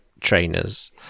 trainers